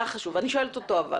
לך חשוב אבל אני שואלת אותו.